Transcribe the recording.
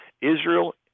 israel